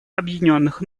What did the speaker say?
объединенных